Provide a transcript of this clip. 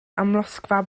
amlosgfa